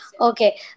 okay